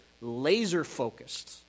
laser-focused